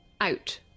out